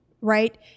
right